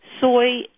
soy